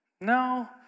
No